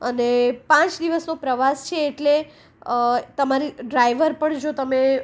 અને પાંચ દિવસનો પ્રવાસ છે એટલે તમારે ડ્રાઈવર પણ જો તમે